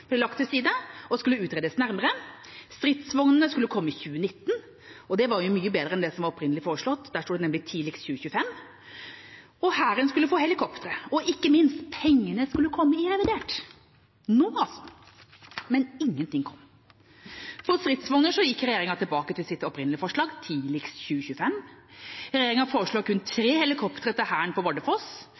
ble lagt til side og skulle utredes nærmere. Stridsvognene skulle komme i 2019. Det var mye bedre enn det som var opprinnelig foreslått – der sto det nemlig «tidligst 2025» – og Hæren skulle få helikoptre. Og ikke minst: Pengene skulle komme i revidert. Nå, altså! Men ingenting kom. Når det gjelder stridsvogner, går de tilbake til sitt opprinnelige forslag – «tidligst 2025». Regjeringa foreslår kun tre helikoptre til Hæren på Bardufoss,